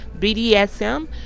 bdsm